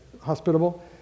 hospitable